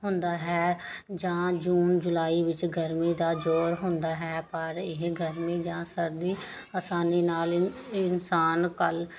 ਹੁੰਦਾ ਹੈ ਜਾਂ ਜੂਨ ਜੁਲਾਈ ਵਿੱਚ ਗਰਮੀ ਦਾ ਜ਼ੋਰ ਹੁੰਦਾ ਹੈ ਪਰ ਇਹ ਗਰਮੀ ਜਾਂ ਸਰਦੀ ਆਸਾਨੀ ਨਾਲ ਇ ਇਨਸਾਨ ਘੱਲ